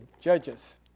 Judges